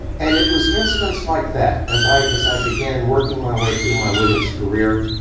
and it was incidents like that, as i as i began working my way through my williams career,